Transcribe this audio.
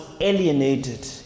alienated